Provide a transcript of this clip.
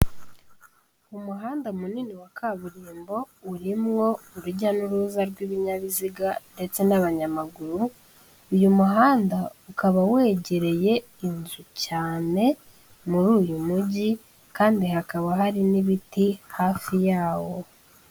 Umuhanda munini wa kaburimbo urimo urujya n'uruza rw'ibinyabiziga ndetse n'abanyamaguru uyu muhanda ukaba wegereye inzu cyane muri uyu mujyi kandi hakaba hari n'ibiti hafi yawo.